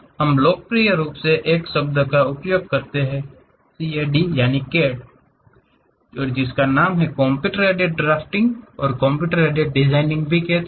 हम लोकप्रिय रूप से एक शब्द का उपयोग करते हैं CAD कंप्यूटर एडेड ड्राफ्टिंग और कंप्यूटर एडेड डिजाइनिंग भी कहेते हैं